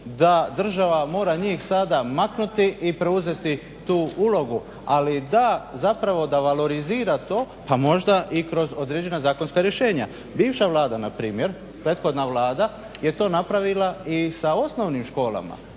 da država mora njih sada maknuti i preuzeti tu ulogu, ali zapravo da valorizira to pa možda i kroz određena zakonska rješenja. Bivša Vlada npr. prethodna Vlada je to napravila i sa osnovnim školama